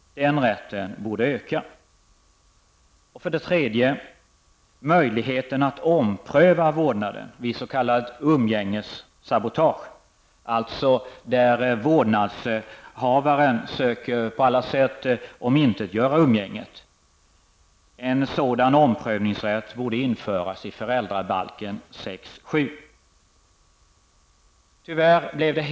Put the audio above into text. Den rätten borde utökas. För det tredje gäller det möjligheten att ompröva vårdnaden vid s.k. umgängessabotage. Det gäller alltså fall där vårdnadshavaren på alla sätt söker omintetgöra umgänget. En sådan omprövningsrätt borde införas i 6 kap. 7 § föräldrabalken.